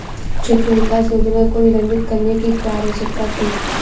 क्षेत्र विकास योजना को निलंबित करने की क्या आवश्यकता थी?